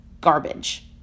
garbage